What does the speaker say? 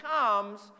comes